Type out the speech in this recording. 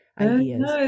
ideas